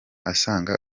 asanga